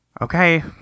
Okay